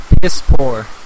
Piss-poor